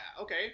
okay